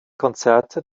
konzerte